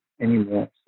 anymore